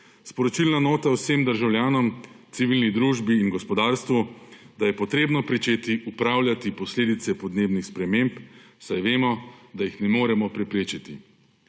sporočilna nota vsem državljanom, civilni družbi in gospodarstvu, da je treba pričeti upravljati posledice podnebnih sprememb, saj vemo, da jih ne moremo preprečiti.